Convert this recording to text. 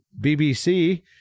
BBC